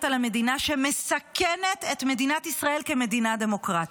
על המדינה שמסכנת את מדינת ישראל כמדינה דמוקרטית.